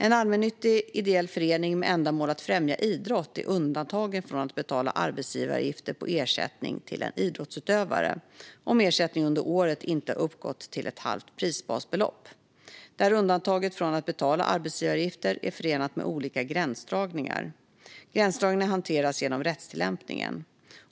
En allmännyttig ideell förening med ändamål att främja idrott är undantagen från att betala arbetsgivaravgifter på ersättning till en idrottsutövare om ersättningen under året inte har uppgått till ett halvt prisbasbelopp. Detta undantag från att betala arbetsgivaravgifter är förenat med olika gränsdragningar. Gränsdragningarna hanteras genom rättstillämpningen.